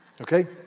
Okay